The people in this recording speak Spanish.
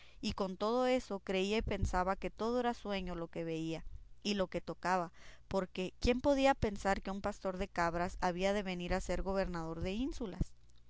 y con todo eso creía y pensaba que era todo sueño lo que veía y lo que tocaba porque quién podía pensar que un pastor de cabras había de venir a ser gobernador de ínsulas